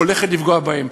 הולכת לפגוע בהם.